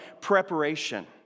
preparation